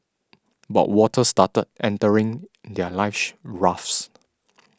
but water started entering their life rafts